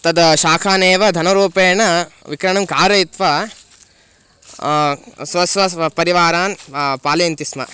तद् शाकान् एव धनरूपेण विक्रयणं कारयित्वा स्व स्व स्वपरिवारान् पालयन्ति स्म